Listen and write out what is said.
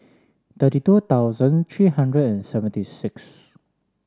thirty two thousand three hundred and seventy six